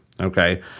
okay